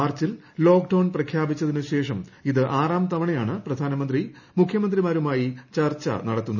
മാർച്ചിൽ ലോക്ഡൌൺ പ്രഖ്യാപിച്ചതിനു ശേഷം ഇത് ആറാം തവണയാണ് പ്രധാനമന്ത്രി മുഖൃമന്ത്രിമാരുമായി ചർച്ച നടത്തുന്നത്